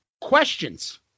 questions